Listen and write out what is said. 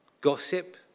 gossip